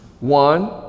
One